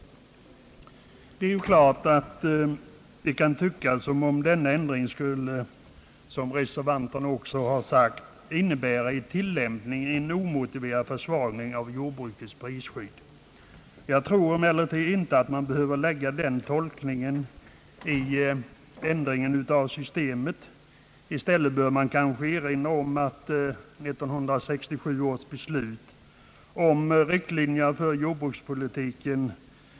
Det kan tyckas som om denna ändring, som reservanterna också sagt, skulle innebära i tillämpningen en omotiverad försvagning av jordbrukeis prisskydd. Jag tror emellertid inte att man behöver tolka ändringen av systemet på det sättet. I stället bör man erinra om 1967 års beslut om riktlinjerna för jordbrukspolitiken.